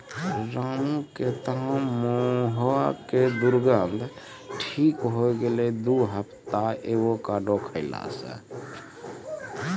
रामू के तॅ मुहों के दुर्गंध ठीक होय गेलै दू हफ्ता एवोकाडो खैला स